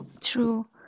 true